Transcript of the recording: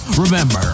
Remember